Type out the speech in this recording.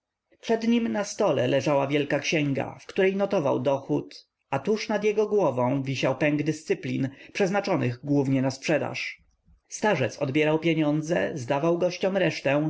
przed nim na stole leżała wielka księga w której notował dochód a tuż nad jego głową wisiał pęk dyscyplin przeznaczonych głównie na sprzedaż starzec odbierał pieniądze zdawał gościom resztę